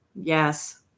Yes